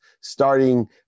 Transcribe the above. starting